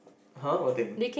!huh! what thing